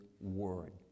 word